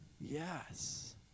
Yes